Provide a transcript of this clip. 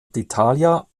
d’italia